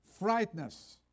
frightness